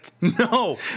No